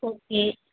okay